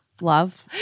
love